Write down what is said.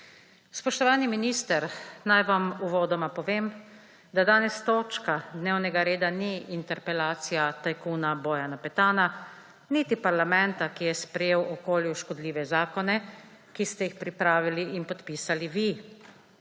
Spoštovani minister, naj vam uvodoma povem, da danes točka dnevnega reda ni interpelacija tajkuna Bojana Petana niti parlamenta, ki je sprejel okolju škodljive zakone, ki ste jih pripravili in podpisali vi.